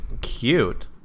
cute